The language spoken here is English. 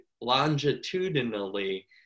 longitudinally